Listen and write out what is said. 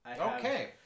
Okay